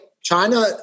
China